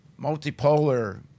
multipolar